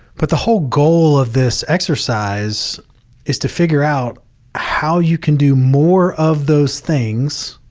but the whole goal of this exercise is to figure out how you can do more of those things